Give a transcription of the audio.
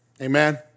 amen